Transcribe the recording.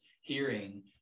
hearing